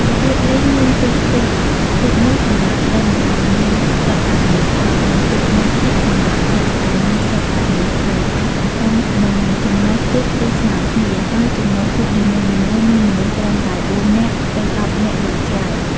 របៀបលេង មានទូកពីរ, ទូក១ សម្រាប់ដេញ ដែលមានសុទ្ធតែមនុស្សប្រុស និងទូក១ទៀតសម្រាប់រត់ដែលមានសុទ្ធតែមនុស្សស្រី ឯទំហំនឹងចំណុះទូកគឺស្មើគ្នា ហើយចំណុះទូកនីមួយៗមានមនុស្សត្រឹមតែ ៤ នាក់ ទៅ ១០ នាក់យ៉ាងច្រើន ។